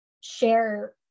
share